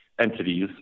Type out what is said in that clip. entities